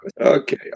Okay